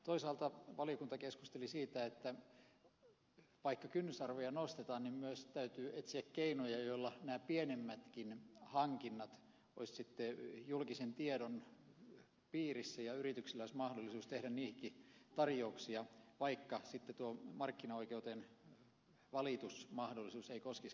toisaalta valiokunta keskusteli siitä että vaikka kynnysarvoja nostetaan niin myös täytyy etsiä keinoja joilla nämä pienemmätkin hankinnat olisivat julkisen tiedon piirissä ja yrityksillä olisi mahdollisuus tehdä niihinkin tarjouksia vaikka tuo valitusmahdollisuus markkinaoikeuteen ei koskisikaan näitä